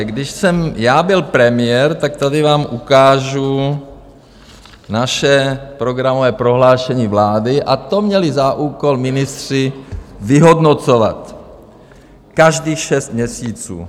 Když jsem byl premiér, tak tady vám ukážu naše programové prohlášení vlády a to měli za úkol ministři vyhodnocovat každých šest měsíců.